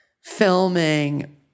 filming